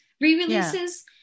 re-releases